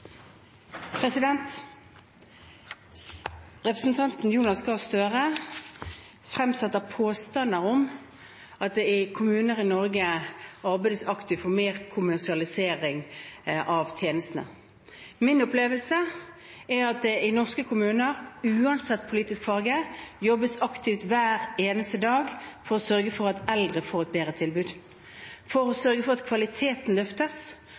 Representanten Jonas Gahr Støre fremsetter påstander om at det i kommuner i Norge arbeides aktivt for mer kommersialisering av tjenestene. Min opplevelse er at det i norske kommuner – uansett politisk farge – jobbes aktivt hver eneste dag for å sørge for at de eldre får et bedre tilbud, for at kvaliteten løftes, og for at